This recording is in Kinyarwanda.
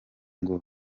ngo